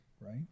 right